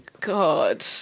God